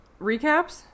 recaps